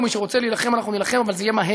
ומי שרוצה להילחם, אנחנו נילחם, אבל זה יהיה מהר,